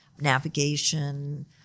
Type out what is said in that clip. navigation